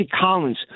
Collins